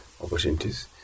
opportunities